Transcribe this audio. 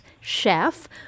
chef